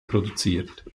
produziert